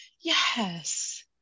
yes